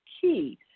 key